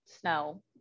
snow